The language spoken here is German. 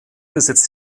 besitzt